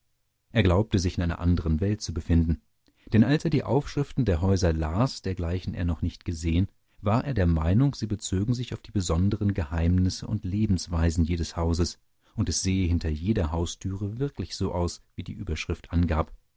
er glaubte sich in einer andern welt zu befinden denn als er die aufschriften der häuser las dergleichen er noch nicht gesehen war er der meinung sie bezogen sich auf die besonderen geheimnisse und lebensweisen jedes hauses und es sähe hinter jeder haustüre wirklich so aus wie die überschrift angab